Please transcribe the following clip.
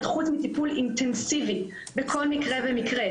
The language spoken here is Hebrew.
חוץ מטיפול אינטנסיבי בכל מקרה ומקרה,